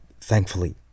thankfully